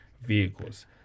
vehicles